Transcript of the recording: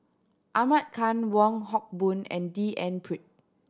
Ahmad Khan Wong Hock Boon and D N Pritt